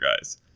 guys